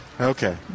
Okay